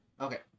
Okay